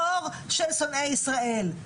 דור של שונאי ישראל.